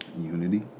Unity